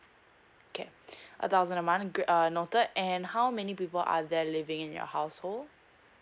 okay a thousand a month noted and how many people are there living in your household